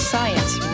Science